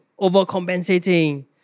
overcompensating